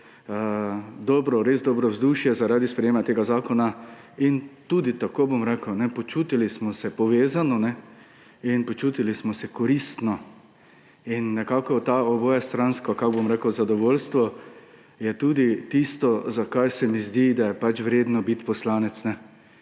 res dobro vzdušje zaradi sprejetja tega zakona. Tako bom rekel, počutili smo se povezane in počutili smo se koristne. To obojestransko – kako bom rekel? – zadovoljstvo je tudi tisto, zaradi česar se mi zdi, da je vredno biti poslanec.